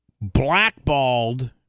blackballed